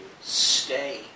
stay